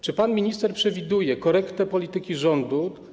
Czy pan minister przewiduje korektę polityki rządu?